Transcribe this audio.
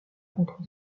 contre